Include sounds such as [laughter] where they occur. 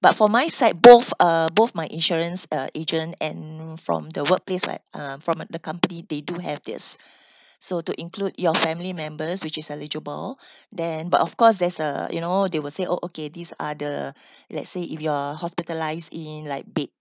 but for my side both uh both my insurance uh agent and from the workplace right um from the company they do have this [breath] so to include your family members which is eligible [breath] then but of course there's a you know they will say oh okay these are the let's say if you are hospitalised in like bed